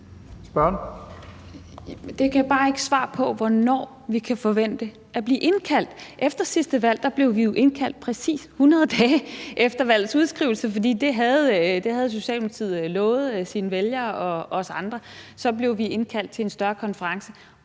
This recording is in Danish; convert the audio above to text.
Det gav bare ikke svar på, hvornår vi kan forvente at blive indkaldt. Efter sidste valg blev vi jo indkaldt præcis 100 dage efter valgets afholdelse, for det havde Socialdemokratiet lovet sine vælgere og os andre, og så blev vi indkaldt til en større konference.